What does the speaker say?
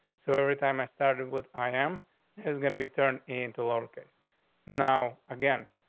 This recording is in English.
so every time i started with i am is going to be turned into lower case now again,